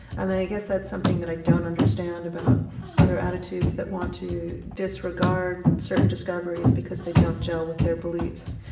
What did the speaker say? i mean, i guess that's something that i don't understand about other attitudes that want to disregard certain discoveries, because they don't jell with their beliefs.